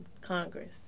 Congress